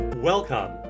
Welcome